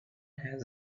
has